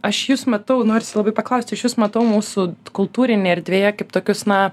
aš jus matau norisi labai paklausti aš jus matau mūsų kultūrinėje erdvėje kaip tokius na